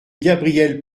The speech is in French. gabriel